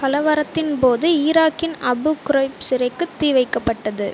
கலவரத்தின்போது ஈராக்கின் Abu Ghraib சிறைக்குத் தீ வைக்கப்பட்டது